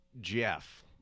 Jeff